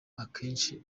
akenshi